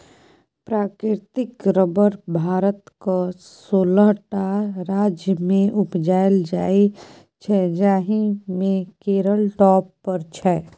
प्राकृतिक रबर भारतक सोलह टा राज्यमे उपजाएल जाइ छै जाहि मे केरल टॉप पर छै